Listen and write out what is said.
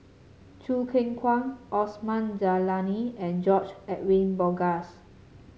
Choo Keng Kwang Osman Zailani and George Edwin Bogaars